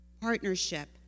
partnership